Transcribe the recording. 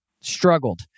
struggled